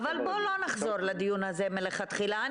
בוא לא נחזור לדיון הזה מלכתחילה.